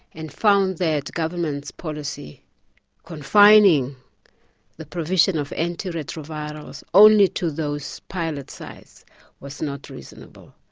and found that government's policy confining the provision of anti-retrovirals only to those pilot size was not reasonable.